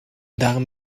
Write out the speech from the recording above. daarom